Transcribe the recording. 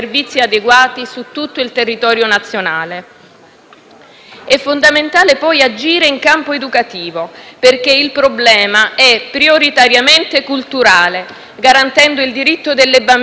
È fondamentale poi agire in campo educativo, perché il problema è prioritariamente culturale, garantendo il diritto delle bambine, soprattutto e in particolar modo, di studiare